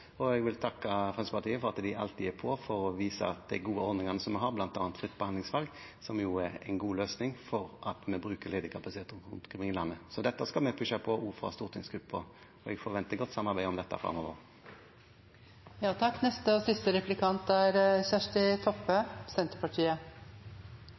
Jeg vil takke Fremskrittspartiet for at de alltid er på for å vise til de gode ordningene som vi har, bl.a. fritt behandlingsvalg, som er en god løsning for at vi bruker ledig kapasitet rundt om i landet. Så dette skal vi pushe på også fra stortingsgruppen, og jeg forventer godt samarbeid om dette framover. Representanten Stensland sa i innlegget sitt at det viktigaste i helsevesenet er